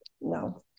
no